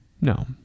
No